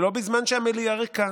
וזה לא בזמן שהמליאה ריקה.